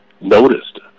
noticed